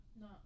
No